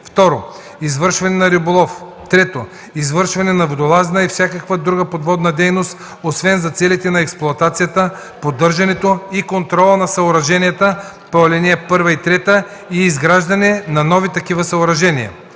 2. извършване на риболов; 3. извършване на водолазна и всякаква друга подводна дейност, освен за целите на експлоатацията, поддържането и контрола на съоръженията по ал. 1 и 3 и изграждане на нови такива съоръжения.”